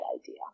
idea